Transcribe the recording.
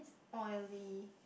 oily